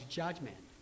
judgment